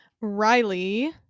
Riley